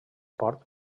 port